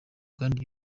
kandi